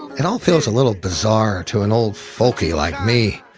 it all feels a little bizarre to an old folkie like me,